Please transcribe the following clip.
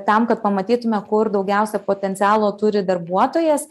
tam kad pamatytume kur daugiausia potencialo turi darbuotojas